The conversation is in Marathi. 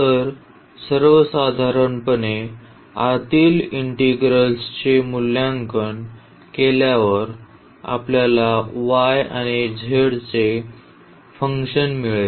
तर सर्वसाधारणपणे आतील इंटिग्रलचे मूल्यांकन केल्यावर आपल्याला y आणि z चे फंक्शन मिळेल